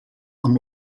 amb